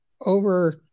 over